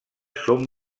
són